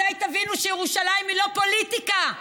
מתי תבינו שירושלים היא לא פוליטיקה?